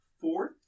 fourth